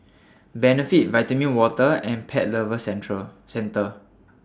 Benefit Vitamin Water and Pet Lovers Centre